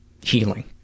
healing